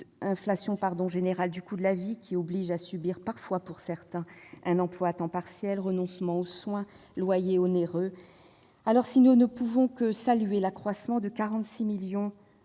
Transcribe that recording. inflation générale du coût de la vie, qui oblige certains à subir un emploi à temps partiel, renoncement aux soins, loyer onéreux, etc. Si nous ne pouvons que saluer l'accroissement de 46 millions